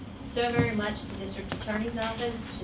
so very much, the district attorney's office,